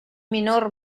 minor